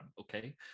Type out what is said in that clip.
okay